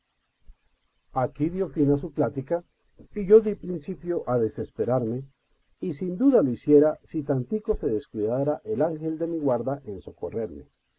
aquí dio fin a su plática y yo di principio a desesperarme y sin duda lo hiciera si tantico se descuidara el ángel de mi guarda en socorrerme